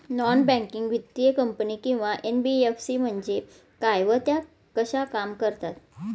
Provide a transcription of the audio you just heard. Non banking वित्तीय company किंवा NBFC म्हणजे काय व त्या कशा काम करतात?